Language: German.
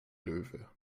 löwe